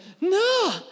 no